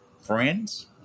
Friends